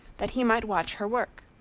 that he might watch her work.